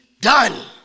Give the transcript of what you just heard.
done